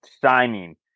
signing